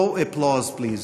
No applause, please.